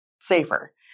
safer